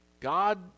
God